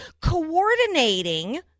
coordinating